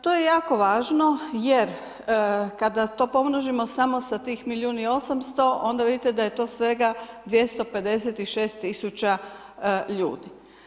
To je jako važno, jer kada to pomnožimo samo sa tih milijun i 800 onda vidite da je to svega 256000 ljudi.